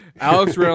Alex